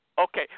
Okay